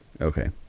Okay